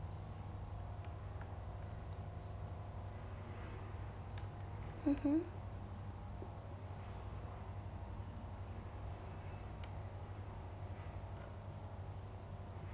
mmhmm